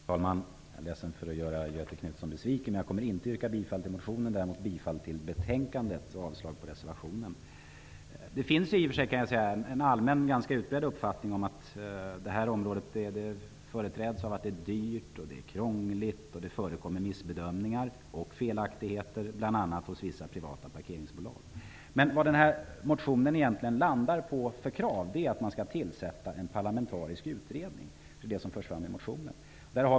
Herr talman! Jag är ledsen om jag gör Göthe Knutson besviken, men jag kommer inte att yrka bifall till motionen. Däremot yrkar jag bifall till hemställan i betänkandet och avslag på reservationen. Det finns en ganska allmänt utbredd uppfattning om att det här parkeringssystemet är dyrt, krångligt och att det förekommer missbedömningar och felaktigheter, bl.a. hos vissa privata parkeringsbolag. I motionen krävs att man skall tillsätta en parlamentarisk utredning som skall behandla det som anförs i motionen.